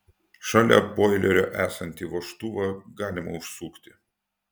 šalia boilerio esantį vožtuvą galima užsukti